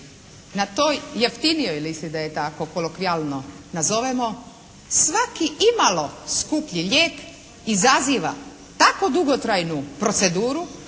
na toj jeftinijoj listi da je tako kolokvijalno nazove svaki imalo skuplji lijek izaziva tako dugotrajnu proceduru